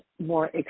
more